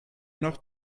nach